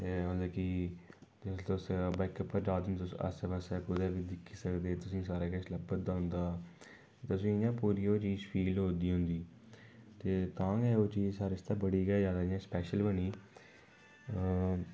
ते मतलब कि जेह्लै तुस बाइकै उप्पर जा दे हुंदे तुस आसै पासै कुतै बी दिक्खी सकदे तुसीं सारा किश लब्भारदा होंदा तुसेंई इ'यां ओह् पूरी चीज़ फील होआ दी होंदी ते तां गै ओह् चीज़ सारें आस्तै बड़ी गै ज्यादा स्पैशल बनी